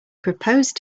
proposed